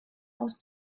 aus